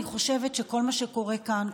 אני חושבת שכל מה שקורה כאן,